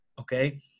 Okay